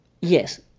Yes